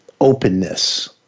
openness